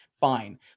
fine